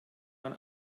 man